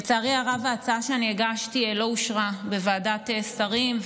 לצערי הרב ההצעה שהגשתי לא אושרה בוועדת שרים,